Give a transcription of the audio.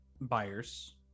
buyers